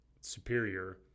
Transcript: superior